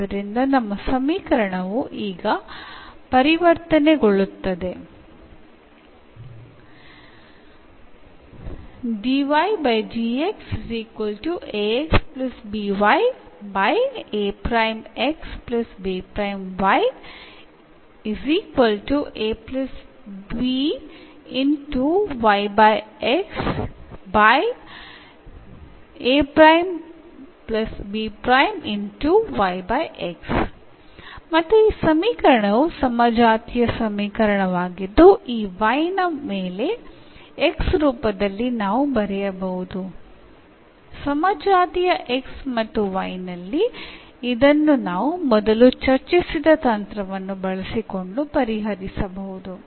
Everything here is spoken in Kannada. ಆದ್ದರಿಂದ ನಮ್ಮ ಸಮೀಕರಣವು ಈಗ ಪರಿವರ್ತನೆಗೊಳ್ಳುತ್ತದೆ ಮತ್ತು ಈ ಸಮೀಕರಣವು ಸಮಜಾತೀಯ ಸಮೀಕರಣವಾಗಿದ್ದು ಈ Y ಯ ಮೇಲೆ X ರೂಪದಲ್ಲಿ ನಾವು ಬರೆಯಬಹುದು ಸಮಜಾತೀಯ X ಮತ್ತು Y ನಲ್ಲಿ ಇದನ್ನು ನಾವು ಮೊದಲು ಚರ್ಚಿಸಿದ ತಂತ್ರವನ್ನು ಬಳಸಿಕೊಂಡು ಪರಿಹರಿಸಬಹುದು